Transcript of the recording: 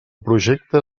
projecte